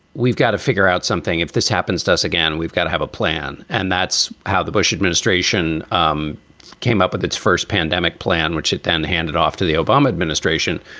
we've got to figure out something if this happens to us again we've got to have a plan. and that's how the bush administration um came up with its first pandemic plan, which it then handed off to the obama administration.